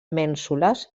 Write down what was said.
mènsules